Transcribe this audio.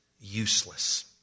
useless